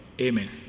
Amen